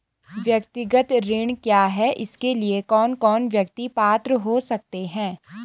व्यक्तिगत ऋण क्या है इसके लिए कौन कौन व्यक्ति पात्र हो सकते हैं?